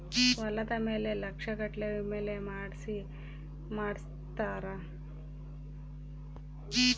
ಹೊಲದ ಮೇಲೆ ಲಕ್ಷ ಗಟ್ಲೇ ವಿಮೆ ಮಾಡ್ಸಿರ್ತಾರ